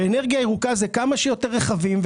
אנרגיה ירוקה זה כמה שיותר רכבים,